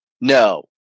No